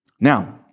now